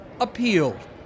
appealed